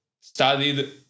studied